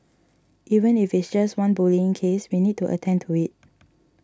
even if it's just one bullying case we need to attend to it